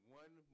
one